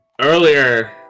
earlier